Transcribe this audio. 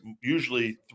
usually